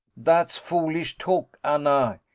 dat's foolish talk, anna.